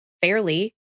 fairly